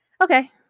Okay